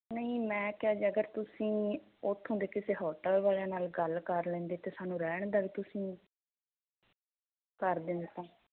ਨਹੀਂ ਮੈਂ ਕਿਹਾ ਜੀ ਅਗਰ ਤੁਸੀਂ ਉੱਥੋਂ ਦੇ ਕਿਸੇ ਹੋਟਲ ਵਾਲਿਆਂ ਨਾਲ ਗੱਲ ਕਰ ਲੈਂਦੇ ਅਤੇ ਸਾਨੂੰ ਰਹਿਣ ਦਾ ਵੀ ਤੁਸੀਂ ਕਰ ਦਿੰਦੇ ਤਾਂ